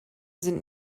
sind